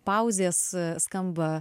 pauzės skamba